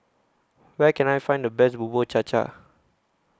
Where Can I Find The Best Bubur Cha Cha